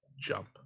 jump